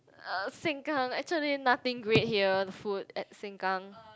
uh Sengkang actually nothing great here the food at Sengkang